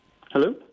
Hello